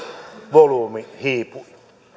volyymi hiipui